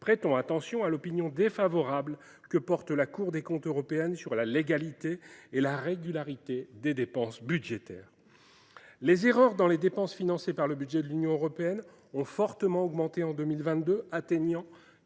prêtons attention à l’opinion défavorable portée par la Cour des comptes européenne sur la légalité et la régularité des dépenses budgétaires. En 2022, les erreurs dans les dépenses financées par le budget de l’Union européenne ont fortement augmenté pour atteindre